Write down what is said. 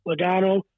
Logano